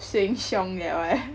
Sheng-Siong that one